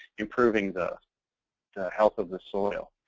improving the the health of the soil.